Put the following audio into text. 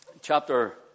chapter